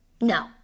No